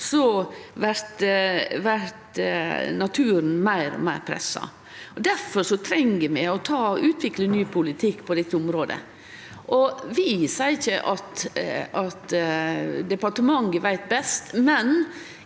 – blir han meir og meir pressa. Difor treng vi å utvikle ny politikk på dette området. Vi seier ikkje at departementet veit best, men